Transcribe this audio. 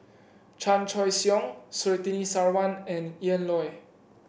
Chan Choy Siong Surtini Sarwan and Ian Loy